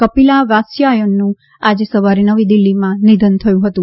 કપિલા વાત્સ્યાયનનું આજે સવારે નવી દિલ્ફીમાં નિધન થયું હતું